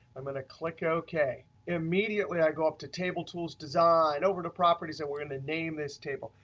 i'm going to click ok. immediately i go up to table tools designed over to properties that we're going to name this table.